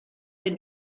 den